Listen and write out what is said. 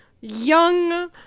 young